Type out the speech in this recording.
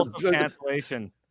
cancellation